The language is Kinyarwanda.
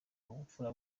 ubupfura